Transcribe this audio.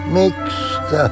mixed